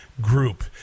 group